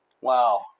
Wow